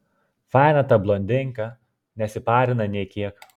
faina ta blondinka nesiparina nė kiek